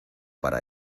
para